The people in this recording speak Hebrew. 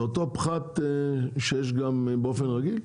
זה אותו פחת שיש גם באופן רגיל?